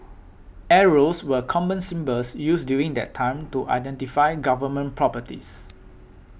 arrows were common symbols used during that time to identify Government properties